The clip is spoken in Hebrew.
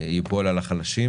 בתשרי תשפ"ב,